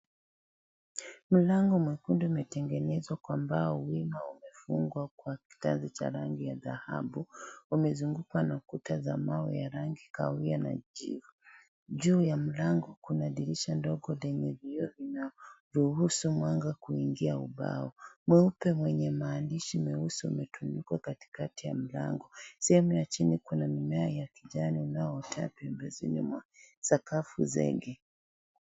Mlango mwekundu umetengenezwa kwa mbao wima wamefungwa kwa kitanzi cha rangi ya dhahabu, umezungukwa na kuta za mawe ya rangi kahawia na jivu, juu ya mlango kuna dirisha ndogo lenye vioo vinanvyoruhusu mwanga kuingia ubao mweupe mwenye maandishi meusi umetumikwa katikati ya mlango sehemu ya chini kuna mimea ya kijani inayoota ofisini mwa sakafu zingi.